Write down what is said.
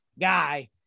guy